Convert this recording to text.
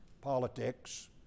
politics